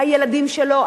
הילדים שלו,